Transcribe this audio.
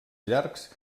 llargs